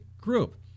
group